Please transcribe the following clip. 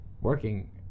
working